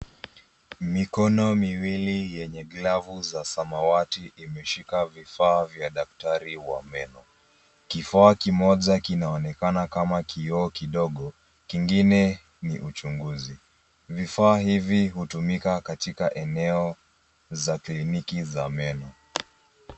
Mikono miwili yenye glavu za samawati imeshika vifaa vya daktari wa meno. Kifaa kimoja kinaonekana kama kioo kidogo kingine ni uchunguzi. Vifaa hivi hutumika katika eneo za kliniki za meno.